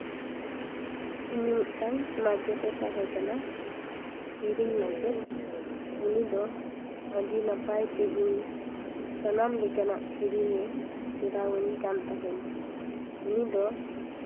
ᱤᱧᱤᱡ ᱢᱤᱫᱴᱟᱱ ᱢᱟᱪᱮᱫ ᱮ ᱛᱟᱦᱮᱸ ᱠᱟᱱᱟ ᱥᱤᱨᱤᱧ ᱢᱟᱪᱮᱫ ᱩᱱᱤᱫᱚ ᱟᱹᱰᱤ ᱱᱟᱯᱟᱭ ᱛᱮ ᱤᱧ ᱥᱟᱱᱟᱢ ᱞᱮᱠᱟᱱᱟᱜ ᱥᱮᱨᱮᱧᱮ ᱥᱮᱬᱟᱣᱟᱹᱧ ᱠᱟᱱ ᱛᱟᱦᱮᱱ ᱩᱱᱤᱫᱚ